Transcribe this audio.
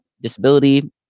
disability